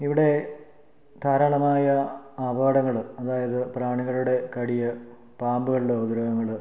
ഇവിടെ ധാരാളമായ അപകടങ്ങൾ അതായത് പ്രാണികളുടെ കടിയാണ് പാമ്പുകളുടെ ഉപദ്രവങ്ങൾ